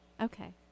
Okay